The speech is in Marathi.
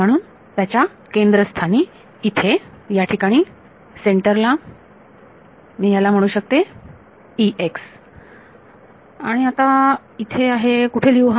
म्हणून त्याच्या केंद्रस्थानी इथे याठिकाणी सेंटरला मी याला म्हणू शकते आणि इथे आहे कुठे लिहू हा